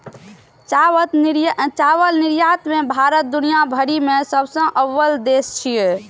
चावल निर्यात मे भारत दुनिया भरि मे सबसं अव्वल देश छियै